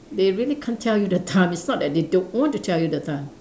they really can't tell you the time it's not that they don't want to tell you the time